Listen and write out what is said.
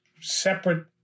separate